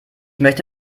möchte